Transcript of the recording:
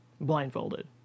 Blindfolded